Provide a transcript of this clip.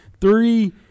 three